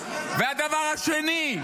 והדבר השני,